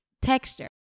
texture